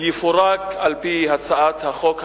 יפורק לפי הצעת החוק הנוכחית,